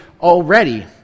already